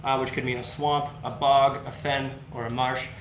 um which could mean a swamp, a bog, a fen, or a marsh,